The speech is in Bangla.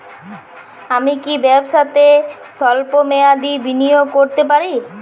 আমি কি ব্যবসাতে স্বল্প মেয়াদি বিনিয়োগ করতে পারি?